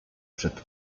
przed